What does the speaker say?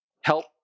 Help